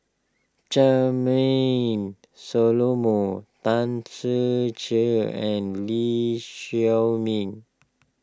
Charmaine Solomon Tan Ser Cher and Lee Shao Meng